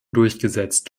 durchgesetzt